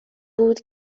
بود